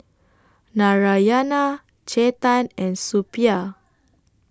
Narayana Chetan and Suppiah